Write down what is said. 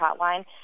hotline